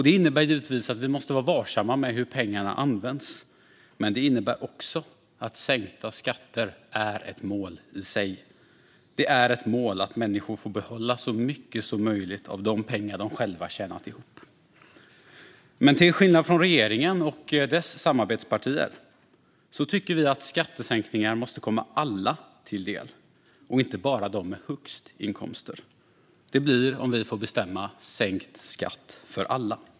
Det innebär givetvis att vi måste vara varsamma med hur pengarna används, men det innebär också att sänkta skatter är ett mål i sig. Det är ett mål att människor får behålla så mycket som möjligt av de pengar de själva tjänat ihop. Men till skillnad från regeringen och dess samarbetspartier tycker vi att skattesänkningar måste komma alla till del, inte bara dem med högst inkomster. Det blir, om vi får bestämma, sänkt skatt för alla.